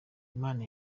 imana